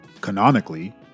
canonically